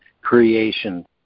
creation